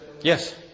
Yes